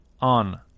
on